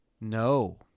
No